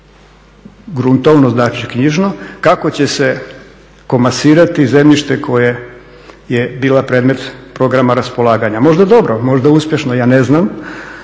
gruntovno znači knjižno, kako će se komasirati zemljište koje je bilo predmet programa raspolaganja? Možda dobro, možda uspješno ja ne znam,